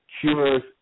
cures